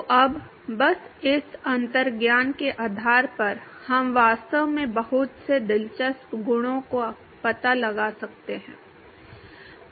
तो अब बस इस अंतर्ज्ञान के आधार पर हम वास्तव में बहुत से दिलचस्प गुणों का पता लगा सकते हैं